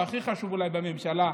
הכי חשוב אולי בממשלה,